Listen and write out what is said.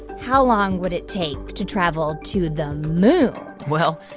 how long would it take to travel to the moon? well,